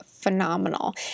Phenomenal